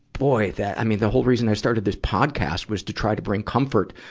boy, that, i mean, the whole reason i started this podcast was to try to bring comfort,